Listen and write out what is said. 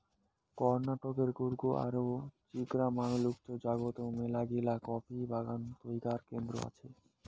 কর্ণাটকের কূর্গ আর চিকমাগালুরু জাগাত মেলাগিলা কফি বাগান ও তৈয়ার কেন্দ্র আছে